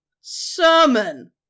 sermon